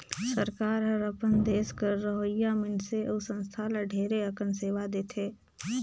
सरकार हर अपन देस कर रहोइया मइनसे अउ संस्था ल ढेरे अकन सेवा देथे